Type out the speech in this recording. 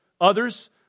others